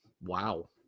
Wow